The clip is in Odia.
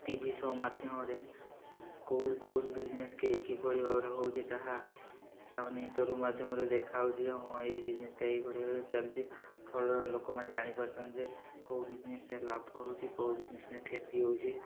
ଟି ଭି ସୋ ମାଧ୍ୟମରେ କେଉଁ କେଉଁ ବିଜନେସ୍ କିଭଳି ଭାବରେ ହେଉଛି ତାହା ତାମାନେ ଇଣ୍ଟରଭିୟୁ ଦେଖା ହେଉଛି ଯେ ହଁ ଏଇ ବିଜନେସ୍ଟା ଏହିଭଳି ଭାବରେ ଚାଲୁଛି ଫଳରେ ଲୋକମାନେ ଜାଣିପାରୁଛନ୍ତି ଯେ କେଉଁ ବିଜନେସରେ ଲାଭ ହେଉଛି କେଉଁ ବିଜିନେସରେ କ୍ଷତି ହେଉଛି